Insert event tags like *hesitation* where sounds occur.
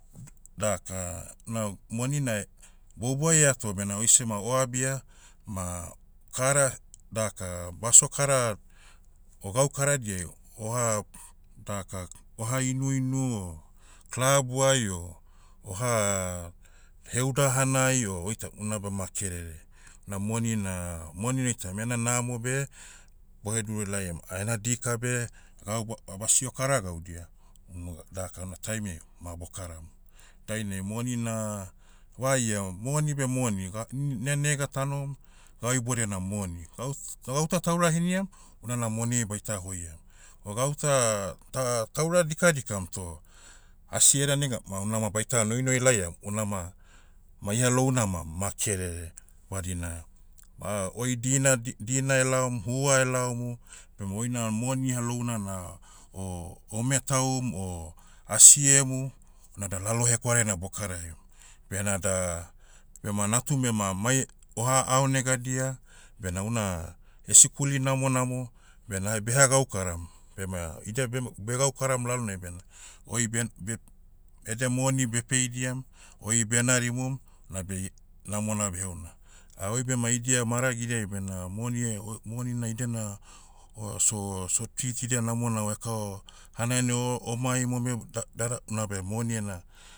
Daka, na, moni na, boubou ai eato bena oisema oabia, ma, kara, daka, baso kara, o gaukaradiai, oha- daka, oha inuinu o, klabuai o, oha, heuda hanai o oitam unabe ma kerere. Na moni na, moni na oitam, ena namo beh, boheduru laiam ah ena dika beh, gau bo- abasio kara gaudia, unu daka una taimiai, ma bokaram. Dainai moni na, vaia moni beh moni, ga- ini- ina nega tanohom, gau iboudiai na moni. Gau- gauta taura heniam, unana moniai baita hoiam. O gauta, ta- taura dikadikam toh, asi eda nega, ma unama baita noinoi laiam, unama, ma iha louna ma, ma kerere. Badina, *hesitation* oi dina, di- dina elaom, hua elaomu, bema oina moni ihalouna na, o- ometaum o, asiemu, unada lalo hekwaraina bokaraiam. Benada, bema natum ema mai, oha aonega dia, bena una, esikuli namonamo, bena hai beha gaukaram, bem, idia bema- begaukaram lalonai bena, oi ben- beh- edia moni beh peidiam, oi benarimum, nabe, namona beheuna. Ah oi bema idia maragidiai bena moni eh, oi- moni na idia na, o so- so tritidia namona eto, hanainai o- omaim ome, da- dada- nabe moni ena,